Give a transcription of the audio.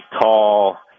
tall